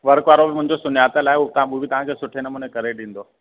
work वारो बि मुंहिंजो सुञातल आहे उहो तव्हां उहो बि तव्हांखे सुठे नमुने करे ॾींदो